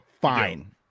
Fine